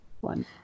One